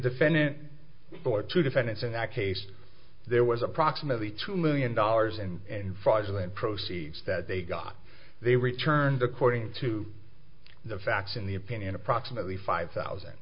defendant or two defendants in that case there was approximately two million dollars in fraudulent proceeds that they got they returned according to the facts in the opinion approximately five thousand